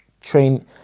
train